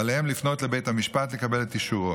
ועליהם לפנות לבית המשפט לקבל את אישורו.